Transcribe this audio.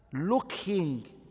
looking